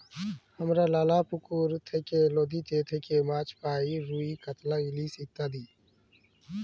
হামরা লালা পুকুর থেক্যে, লদীতে থেক্যে মাছ পাই রুই, কাতলা, ইলিশ ইত্যাদি